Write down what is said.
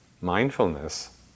mindfulness